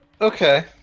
Okay